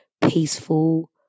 peaceful